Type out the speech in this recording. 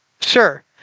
Sure